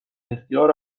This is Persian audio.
اختیار